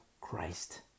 Christ